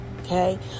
Okay